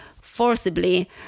forcibly